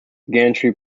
gantry